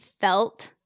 felt